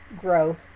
growth